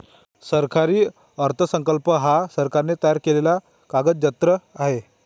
सरकारी अर्थसंकल्प हा सरकारने तयार केलेला कागदजत्र आहे